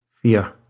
Fear